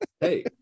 Hey